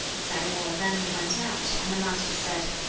tsai wo then went out, and the master said,